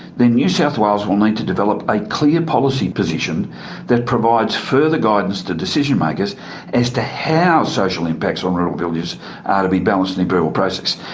then new south wales will need to develop a clear policy position that provides further guidance to decision makers as to how social impacts on rural villages are to be balanced in the approval process.